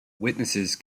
witnesses